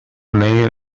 lay